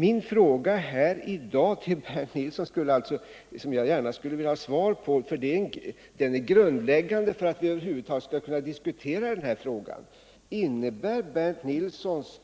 Min fråga här i dag till Bernt Nilsson som jag gärna skulle vilja ha svar på — den är grundläggande för att vi över huvud taget skall kunna diskutera denna fråga — blir då: Innebär Bernt Nilssons